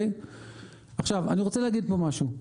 אני רוצה להגיד פה משהו.